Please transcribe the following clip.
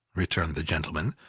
returned the gentleman,